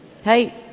Hey